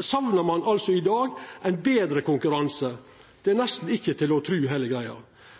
saknar ein i dag betre konkurranse. Det er nesten ikkje til å tru heile greia.